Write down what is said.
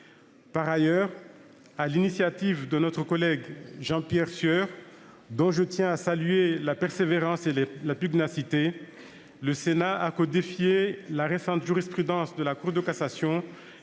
Par ailleurs, sur l'initiative de notre collègue Jean-Pierre Sueur, dont je tiens à saluer la persévérance et la pugnacité, le Sénat a codifié la récente jurisprudence de la Cour de cassation,